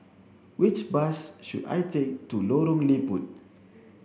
which bus should I take to Lorong Liput